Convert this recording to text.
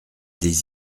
des